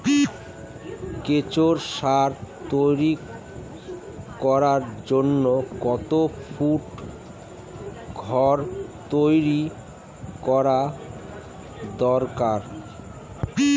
কেঁচো সার তৈরি করার জন্য কত ফুট ঘর তৈরি করা দরকার?